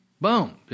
Boom